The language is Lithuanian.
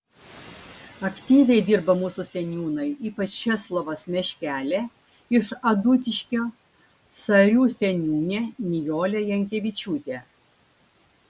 aktyviai dirba mūsų seniūnai ypač česlovas meškelė iš adutiškio sarių seniūnė nijolė jankevičiūtė